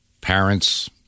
Parents